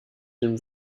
dem